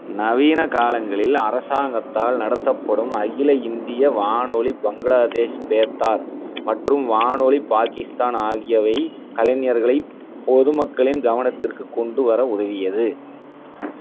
நவீன காலங்களில் அரசாங்கத்தால் நடத்தப்படும் அகில இந்திய வானொலி பங்களாதேஷ் பேத்தார் மற்றும் வானொலி பாகிஸ்தான் ஆகியவை கலைஞர்களை பொதுமக்களின் கவனத்திற்கு கொண்டு வர உதவியது